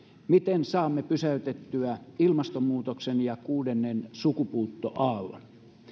miten saamme pysäytettyä ilmastonmuutoksen ja kuudennen sukupuuttoaallon